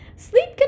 Sleep